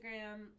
Instagram